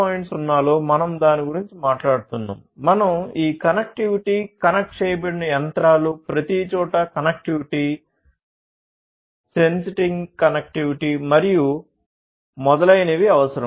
0 లో మనం దాని గురించి మాట్లాడుతున్నాము మనం ఈ కనెక్టివిటీ కనెక్ట్ చేయబడిన యంత్రాలు ప్రతిచోటా కనెక్టివిటీ సెన్సిటింగ్ కనెక్టివిటీ మరియు మొదలైనవి అవసరం